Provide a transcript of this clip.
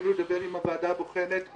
ניסינו לדבר עם הוועדה הבוחנת,